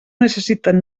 necessiten